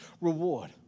reward